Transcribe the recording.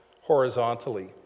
horizontally